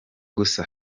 gusa